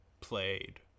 played